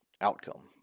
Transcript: outcome